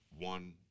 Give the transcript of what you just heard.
one